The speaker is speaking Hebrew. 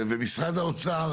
ומשרד האוצר